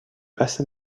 assez